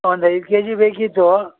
ಒಂದು ಐದು K G ಬೇಕಿತ್ತು